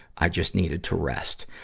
i just needed to rest.